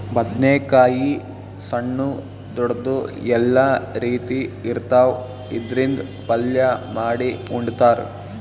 ಬದ್ನೇಕಾಯಿ ಸಣ್ಣು ದೊಡ್ದು ಎಲ್ಲಾ ರೀತಿ ಇರ್ತಾವ್, ಇದ್ರಿಂದ್ ಪಲ್ಯ ಮಾಡಿ ಉಣ್ತಾರ್